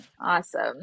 Awesome